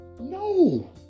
No